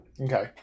Okay